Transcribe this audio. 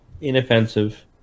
inoffensive